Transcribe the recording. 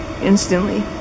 instantly